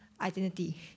identity